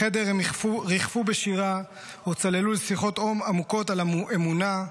בחדר הם ריחפו בשירה או צללו לשיחות עמוקות על אמונה,